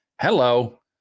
Hello